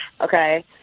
okay